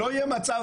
שלא יהיה מצב,